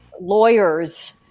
lawyers